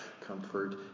Comfort